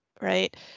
Right